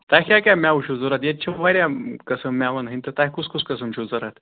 تۄہہِ کیٛاہ کیٛاہ مٮ۪وٕ چھُ ضوٚرَتھ ییٚتہِ چھِ واریاہ قٕسٕم مٮ۪وَن ہٕنٛدۍ تہٕ تۄہہِ کُس کُس قٕسٕم چھُو ضوٚرَتھ